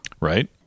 right